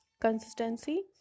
Consistency